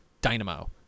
dynamo